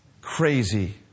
crazy